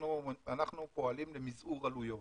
אנחנו פועלים למזעור עלויות.